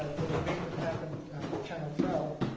ah the debate that happened with channel twelve,